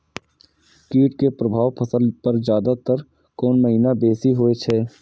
कीट के प्रभाव फसल पर ज्यादा तर कोन महीना बेसी होई छै?